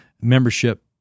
membership